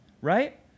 right